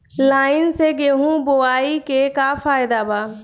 Line से गेहूं बोआई के का फायदा बा?